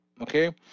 Okay